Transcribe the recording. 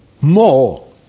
more